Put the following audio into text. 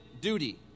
duty